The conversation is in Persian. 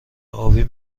ابی